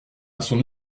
son